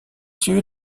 suivi